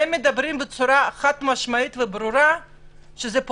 הם טוענים חד-משמעית ובאופן ברור שסגירת הענפים האלה